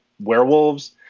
werewolves